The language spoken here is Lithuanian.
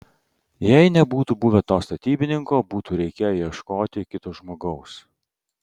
jei nebūtų buvę to statybininko būtų reikėję ieškoti kito žmogaus